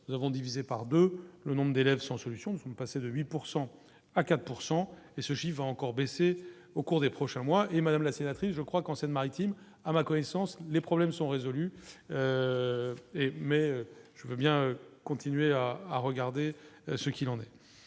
nous avons divisé par 2 le nombre d'élèves sans solution ne sont passés de 8 pourcent à 4 pourcent et ce chiffre va encore baisser au cours des prochains mois et Madame la sénatrice, je crois qu'en Seine-Maritime, à ma connaissance, les problèmes sont résolus et mais je veux bien continuer à à regarder ce qu'il en est